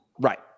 Right